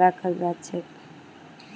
रखाल जा छेक